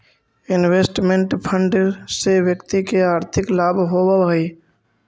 investment fund से व्यक्ति के आर्थिक लाभ होवऽ हई